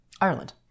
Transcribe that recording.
Ireland